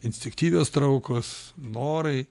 instiktyvios traukos norai